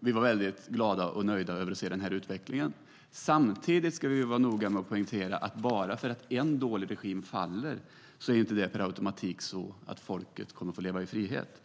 Vi var glada och nöjda över utvecklingen. Samtidigt ska vi vara noga med att poängtera att bara för att en dålig regim faller kommer folket inte per automatik att leva i frihet.